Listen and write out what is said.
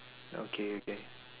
okay okay